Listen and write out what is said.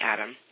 Adam